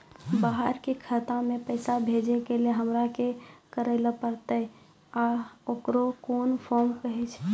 बाहर के खाता मे पैसा भेजै के लेल हमरा की करै ला परतै आ ओकरा कुन फॉर्म कहैय छै?